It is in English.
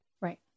Right